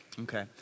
Okay